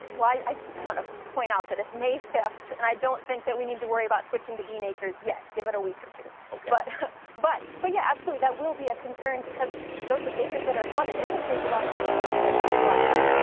i just want to point out that it's may fifth and i don't think that we need to worry about switching to bean acres yet. give it a week or two. but, but but yeah absolutely, that will be a concern because those acres that are flooded, it will take a long time for them to to wash out.